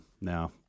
now –